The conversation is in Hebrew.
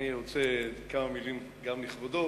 אני רוצה כמה מלים גם לכבודו,